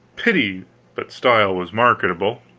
pity but style was marketable.